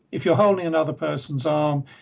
if you're holding another person's arm,